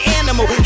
animal